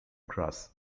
cross